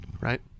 Right